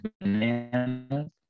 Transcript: bananas